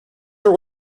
were